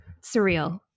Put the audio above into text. surreal